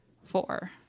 four